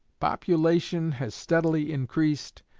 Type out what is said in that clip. population has steadily increased,